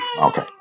Okay